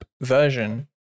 version